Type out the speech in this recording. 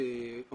אני